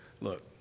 look